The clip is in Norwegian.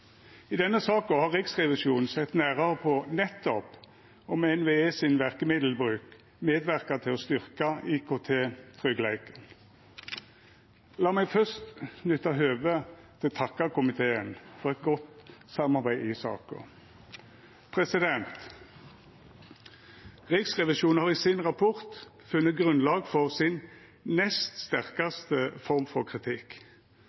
I denne saka har Riksrevisjonen sett nærare på nettopp om NVE sin verkemiddelbruk medverkar til å styrkja IKT-tryggleiken. Lat meg fyrst nytta høvet til å takka komiteen for eit godt samarbeid i saka. Riksrevisjonen har i rapporten sin funne grunnlag for sin nest sterkaste form for kritikk.